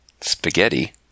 Spaghetti